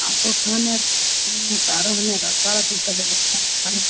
आपको खाने पीने का रहने का सारा चीज का व्यवस्था अलग